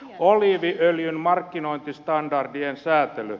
oliiviöljyn markkinointistandardien säätely